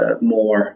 more